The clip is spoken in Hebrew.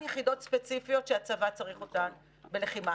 יחידות ספציפיות שהצבא צריך אותן בלחימה.